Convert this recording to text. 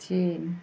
China